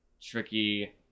tricky